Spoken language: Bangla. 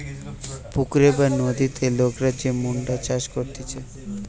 পুকুরে বা নদীতে লোকরা যে মুক্তা চাষ করতিছে